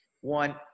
One